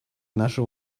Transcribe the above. наши